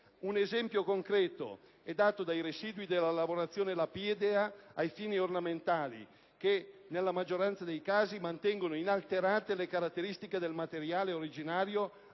Un esempio concreto è dato dai residui della lavorazione lapidea a fini ornamentali che, nella maggioranza dei casi, mantengono inalterate le caratteristiche del materiale originario